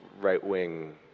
right-wing